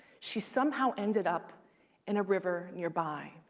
she somehow ended up in a river nearby.